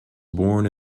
born